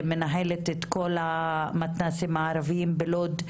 מנהלת את כל המתנ"סים הערביים בלוד,